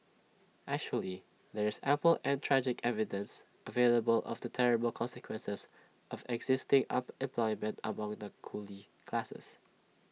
actually there is ample and tragic evidence available of the terrible consequences of existing unemployment among the coolie classes